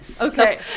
Okay